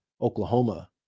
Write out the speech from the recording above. Oklahoma